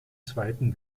zweiten